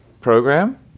program